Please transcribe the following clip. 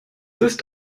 ist